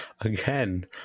Again